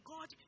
God